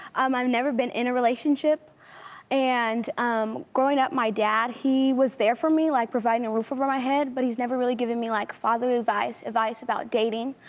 um i've never been in a relationship and um growing up, my dad he was there for me, like providing a roof over my head, but he's never really given me like fatherly advice advice about dating,